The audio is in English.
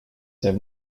have